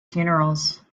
funerals